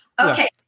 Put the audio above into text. Okay